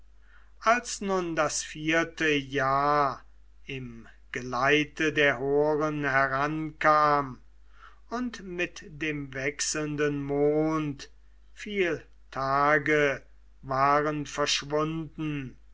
als nun das vierte jahr im geleite der horen herankam und mit dem wechselnden mond viel tage waren verschwunden